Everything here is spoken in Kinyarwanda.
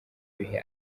bihe